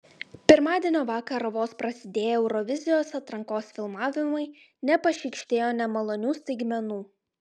pirmadienio vakarą vos prasidėję eurovizijos atrankos filmavimai nepašykštėjo nemalonių staigmenų